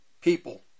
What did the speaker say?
people